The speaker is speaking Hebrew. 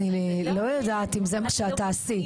אני לא יודעת אם זה מה שאת תעשי.